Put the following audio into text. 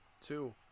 Two